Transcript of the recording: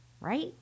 right